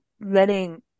letting